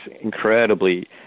incredibly